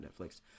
Netflix